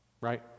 Right